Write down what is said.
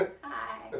Hi